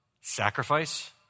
sacrifice